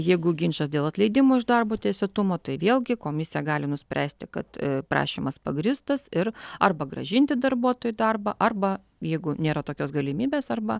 jeigu ginčas dėl atleidimo iš darbo teisėtumo tai vėlgi komisija gali nuspręsti kad prašymas pagrįstas ir arba grąžinti darbuotoją į darbą arba jeigu nėra tokios galimybės arba